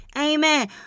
Amen